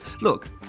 Look